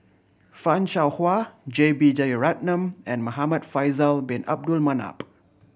Fan Shao Hua J B Jeyaretnam and Muhamad Faisal Bin Abdul Manap